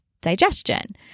digestion